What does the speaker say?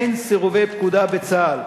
אין סירובי פקודה בצה"ל,